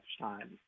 time